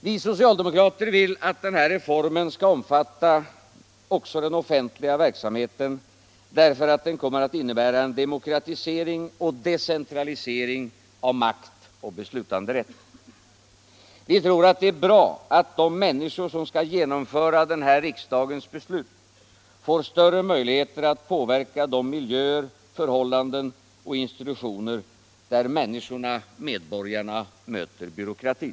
Vi socialdemokrater vill att denna reform skall omfatta också den offentliga verksamheten, därför att den kommer att innebära en demokratisering och decentralisering av makt och beslutanderätt. Vi tror att det är bra att de människor som skall genomföra våra beslut i den här Nr 145 riksdagen får större möjligheter att påverka de miljöer, förhållanden och Onsdagen den | institutioner där människorna, medborgarna, möter byråkratin.